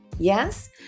Yes